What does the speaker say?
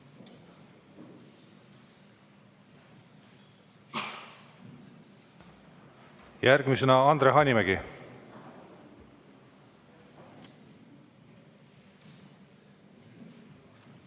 Järgmisena Andre Hanimägi.